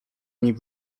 niej